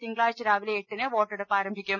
തിങ്കളാഴ്ച് രാവിലെ എട്ടിന് വോട്ടെടുപ്പ് ആരംഭിക്കും